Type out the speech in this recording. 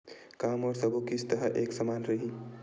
का मोर सबो किस्त ह एक समान रहि?